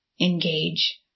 engage